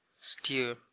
steer